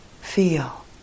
Feel